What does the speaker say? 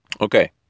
Okay